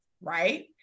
right